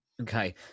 okay